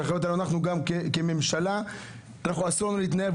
אנחנו גם כממשלה אסור לנו להתנער.